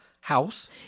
house